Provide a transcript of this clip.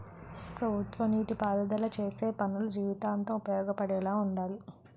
ప్రభుత్వ నీటి పారుదల సేసే పనులు జీవితాంతం ఉపయోగపడేలా వుండాలి